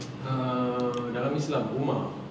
ah dalam islam umar